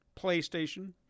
PlayStation